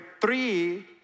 three